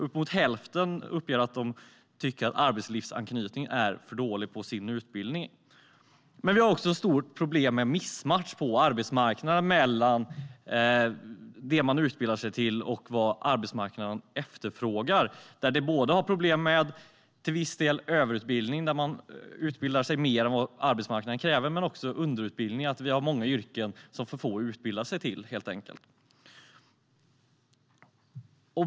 Uppemot hälften uppger att de tycker att arbetslivsanknytningen är för dålig på deras utbildning. Vi har också ett stort problem med mismatch på arbetsmarknaden mellan vad man utbildar sig till och vad arbetsmarknaden efterfrågar. Det finns problem både med till viss del överutbildning där man utbildar sig mer än vad arbetsmarknaden kräver och med underutbildning. Vi har helt enkelt många yrken som för få utbildar sig till.